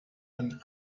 and